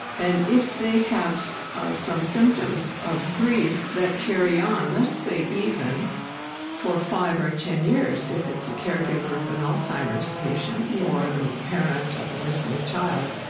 and if they have ah some symptoms of grief that carry on, let's say, even for five or ten years, if it's a caregiver of an alzheimer's patient or the parent of a missing child,